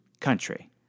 Country